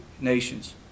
nations